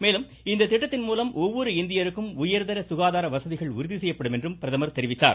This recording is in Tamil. மேலும் இந்த திட்டத்தின் மூலம் ஒவ்வொரு இந்தியருக்கும் உயர்தர சுகாதார வசதிகள் உறுதிசெய்யப்படும் என்றார்